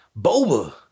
boba